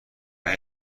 این